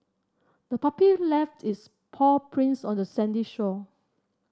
the puppy left its paw prints on the sandy shore